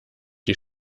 die